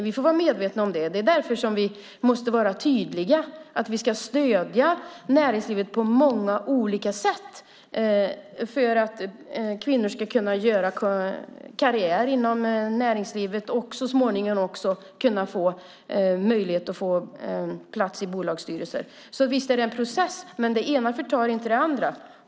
Vi får vara medvetna om det, och därför måste vi vara tydliga med att vi ska stödja näringslivet på många olika sätt för att kvinnor ska kunna göra karriär inom näringslivet och så småningom ha möjlighet att få plats i bolagsstyrelser. Visst är det en process, men det ena förtar inte det andra.